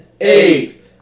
eight